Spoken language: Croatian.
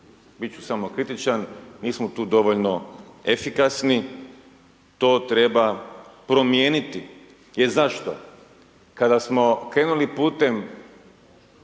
Bit ću samokritičan, nismo tu dovoljno efikasni to treba promijeniti. Jer zašto? Kada smo krenuli putem